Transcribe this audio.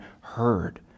heard